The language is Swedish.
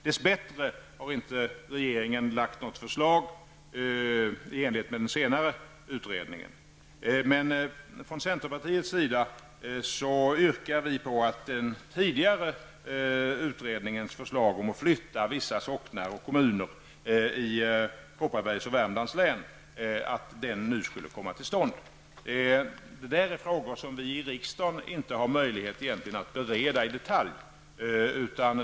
Dess bättre har inte regeringen lagt något förslag i enlighet med den senare utredningen. Från centerpartiets sida yrkar vi att den tidigare utredningens förslag om att flytta vissa socknar och kommuner i Kopparbergs och Värmlands län nu skall komma till stånd. Detta är frågor som vi i riksdagen egentligen inte har möjlighet att bereda i detalj.